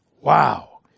Wow